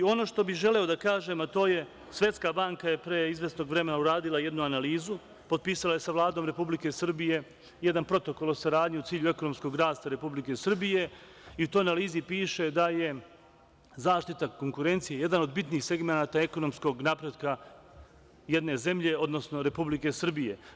Ono što bih želeo da kažem, a to je, Svetska banka je pre izvesnog vremena uradila jednu analizu, potpisala je sa Vladom Republike Srbije jedan protokol o saradnji u cilju ekonomskog rasta Republike Srbije i to u analizi piše da je zaštita konkurencije jedan od bitnih segmenata ekonomskog napretka jedne zemlje, odnosno Republike Srbije.